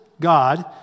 God